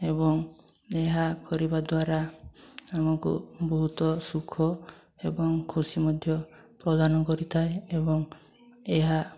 ଏବଂ ଏହା କରିବା ଦ୍ୱାରା ଆମକୁ ବହୁତ ସୁଖ ଏବଂ ଖୁସି ମଧ୍ୟ ପ୍ରଦାନ କରିଥାଏ ଏବଂ ଏହା